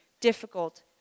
difficult